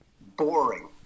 Boring